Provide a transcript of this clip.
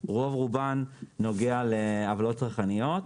ורוב רובן נוגע לעוולות צרכניות.